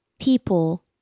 People